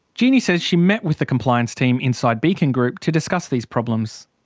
jeanie says she met with the compliance team inside beacon group to discuss these problems.